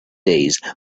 days